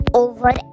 over